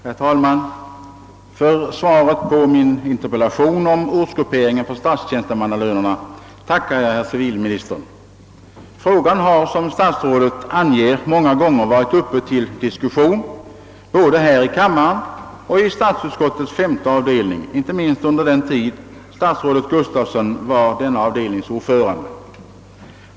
Herr talman! Jag ber att få tacka civilministern för svaret på min interpellation om dyrortsgrupperingens inverkan på statstjänstemannalönerna. Frågan har, som statsrådet anger, många gånger varit uppe till diskussion både i denna kammare och i statsutskottets femte avdelning, inte minst under den tid statsrådet Gustafsson var denna avdelnings ordförande.